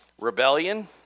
rebellion